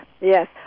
Yes